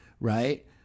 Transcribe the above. right